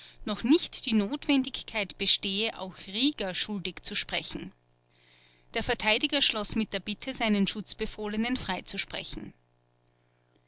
noch nicht die notwendigkeit bestehe auch rieger schuldig zu sprechen der verteidiger schloß mit der bitte seinen schutzbefohlenen freizusprechen